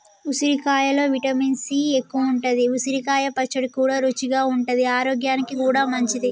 ఉసిరికాయలో vitamin C ఎక్కువుంటది, ఉసిరికాయ పచ్చడి కూడా రుచిగా ఉంటది ఆరోగ్యానికి కూడా మంచిది